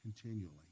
continually